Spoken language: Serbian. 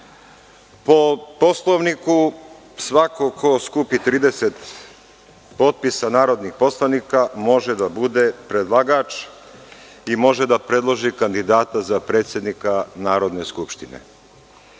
Poslovniku, svako ko skupi 30 potpisa narodnih poslanika može da bude predlagač i može da predloži kandidata za predsednika Narodne skupštine.